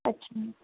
अछा